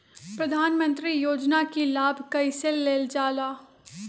प्रधानमंत्री योजना कि लाभ कइसे लेलजाला?